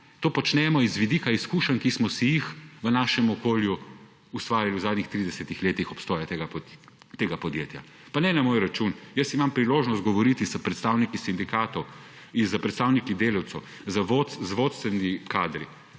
počnemo z vidika izkušenj, ki smo si jih v svojem okolju ustvarili v zadnjih 30 letih obstoja tega podjetja. Pa ne na moj račun. Jaz imam priložnost govoriti s predstavniki sindikatov in s predstavniki delavcev, z vodstvenimi kadri,